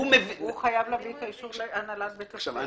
הוא חייב להביא את האישור להנהלת בית הספר.